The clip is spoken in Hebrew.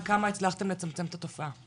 בכמה הצלחתם לצמצם את התופעה?